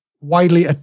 widely